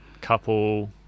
couple